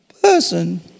Person